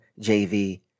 JV